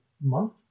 month